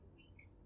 weeks